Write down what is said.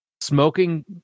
smoking